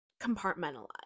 compartmentalize